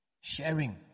sharing